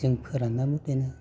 जों फोरान्नाबो दोनो